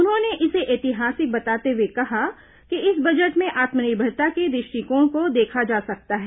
उन्होंने इसे ऐतिहासिक बताते हुए कहा कि इस बजट में आत्मनिर्भरता के द्रष्टिकोण को देखा जा सकता है